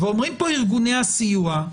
אומרים פה ארגוני הסיוע,